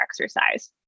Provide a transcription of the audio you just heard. exercise